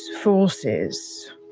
forces